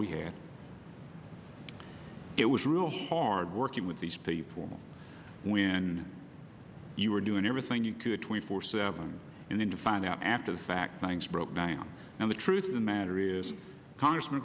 we had it was real hard working with these people when you were doing everything you could twenty four seven and then to find out after the fact things broke down and the truth of the matter is congressman